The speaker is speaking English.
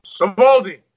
Savoldi